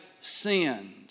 sinned